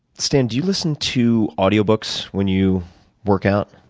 stan, do you listen to audio books when you work out?